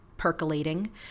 percolating